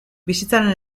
bizitzaren